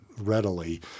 readily